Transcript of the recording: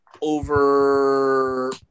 over